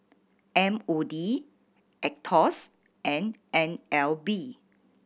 M O D Aetos and N L B